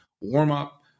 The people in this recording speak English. warm-up